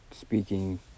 speaking